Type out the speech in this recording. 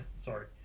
Sorry